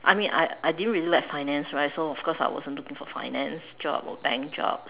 I mean I I didn't really like finance right so of course I wasn't looking for finance job or bank job